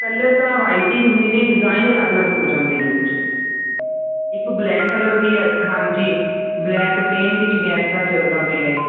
colour ਤਾਂ white ਈ ਹੁੰਦੇ ਨੇ ਡਿਜ਼ਾਇਨ ਅਲੱਗ ਅਲੱਗ ਹੋ ਜਾਂਦੇ ਨੇ ਵਿਚ ਇਕ ਬਲੈਕ ਕਲਰ ਵੀ ਅੱਜ ਹਾਂਜੀ ਬਲੈਕ ਪਲੇਨ ਵੀ ਜਿਵੇਂ ਅੱਜ ਕੱਲ ਚੱਲਦਾ ਪਿਆ ਏ